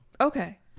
Okay